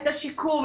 את השיקום,